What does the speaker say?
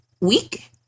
week